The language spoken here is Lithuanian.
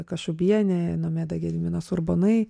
kašubienė nomeda gediminas urbonai